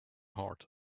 heart